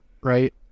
right